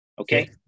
Okay